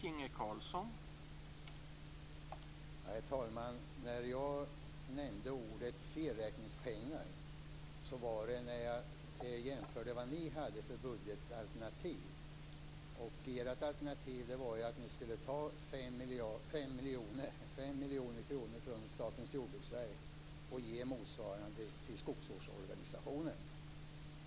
Herr talman! Jag nämnde ordet felräkningspengar när jag jämförde med ert budgetalternativ. Ert alternativ var att ni skulle ta 5 miljoner kronor från Statens jordbruksverk och ge motsvarande till skogsvårdsorganisationen.